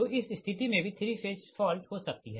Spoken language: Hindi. तो इस स्थिति में भी 3 फेज फॉल्ट हो सकती है